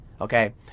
Okay